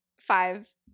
five